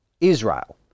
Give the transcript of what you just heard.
Israel